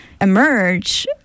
emerge